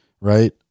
Right